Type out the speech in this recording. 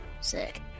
Sick